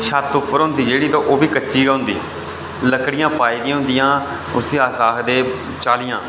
छत्त उप्पर होंदी जेह्ड़ी तां ओह् बी कच्ची गै होंदी लकड़ियां पाई दियां होंदियां उसी अस आखदे पचाह्लियां